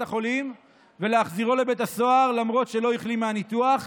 החולים ולהחזירו לבית הסוהר למרות שלא החלים מהניתוח,